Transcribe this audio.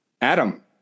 adam